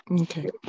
Okay